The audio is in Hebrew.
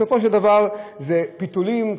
בסופו של דבר אלה פיתולים,